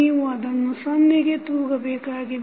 ನೀವು ಅದನ್ನು ಸೊನ್ನೆಗೆ ತೂಗಬೇಕಾಗಿದೆ